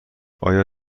آیا